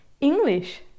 English